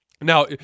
Now